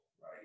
right